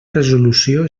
resolució